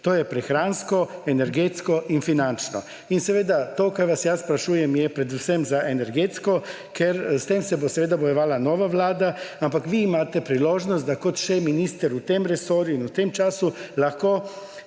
to je prehransko, energetsko in finančno. In to, kar vas sprašujem, je predvsem za energetsko, ker s tem se bo seveda bojevala nova vlada, ampak vi imate priložnost, da kot minister v tem resorju in v tem času še lahko